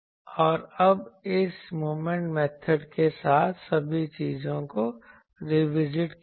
और अब इस मोमेंट मेथड के साथ सभी चीजों को रिविजिट किया गया